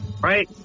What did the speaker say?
right